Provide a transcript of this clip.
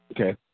Okay